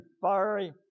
fiery